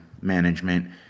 management